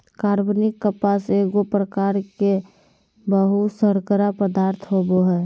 कार्बनिक कपास एगो प्रकार के बहुशर्करा पदार्थ होबो हइ